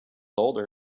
older